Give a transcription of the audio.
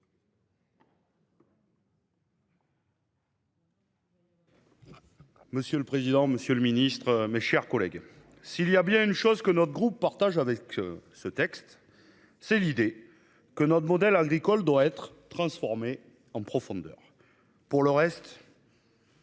Monsieur le président, Monsieur le Ministre, mes chers collègues. S'il y a bien une chose que notre groupe partage avec ce texte. C'est l'idée que notre modèle agricole doit être transformée en profondeur. Pour le reste.